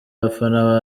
abafana